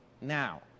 now